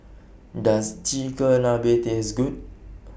Does Chigenabe Taste Good